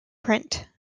print